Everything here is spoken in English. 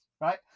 right